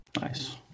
Nice